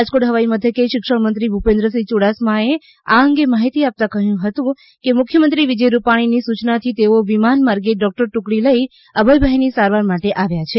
રાજકોટ હવાઈ મથકે શિક્ષણ મંત્રી ભૂ પેન્સસિંહ યુડાસમાએ આ માહિતી આપતા કહ્યું હતું કે મુખ્યમંત્રી વિજય રૂપાણીની સૂચનાથી તેઓ વિમાનમારગે ડોક્ટર ટુકડી લઈ અભય ભાઈની સારવાર માટે આવ્યા છે